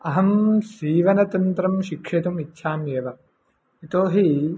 अहं सीवनतन्त्रं शिक्षयितुम् इच्छाम्येव यतोहि